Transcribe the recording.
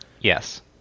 Yes